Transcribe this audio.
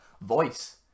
voice